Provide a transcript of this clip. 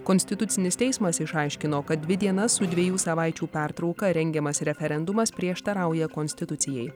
konstitucinis teismas išaiškino kad dvi dienas su dviejų savaičių pertrauka rengiamas referendumas prieštarauja konstitucijai